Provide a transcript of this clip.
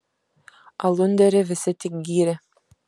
alunderį visi tik gyrė